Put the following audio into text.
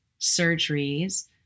surgeries